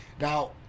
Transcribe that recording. Now